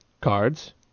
Cards